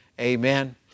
Amen